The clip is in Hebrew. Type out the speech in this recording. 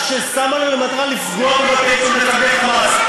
ששמה למטרה לפגוע בבתיהם של מפקדי "חמאס".